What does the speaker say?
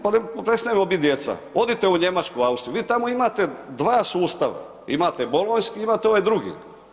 Pa prestanimo bit djeca, odite u Njemačku, Austriju, vi tamo imate dva sustava, imate bolonjski, imate ovaj drugi.